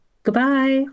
Goodbye